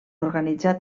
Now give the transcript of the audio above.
organitzar